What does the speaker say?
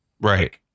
Right